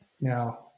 Now